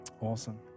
Awesome